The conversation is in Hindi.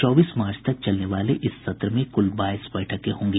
चौबीस मार्च तक चलने वाले इस सत्र में कुल बाईस बैठके होंगी